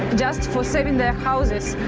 just for saving their houses,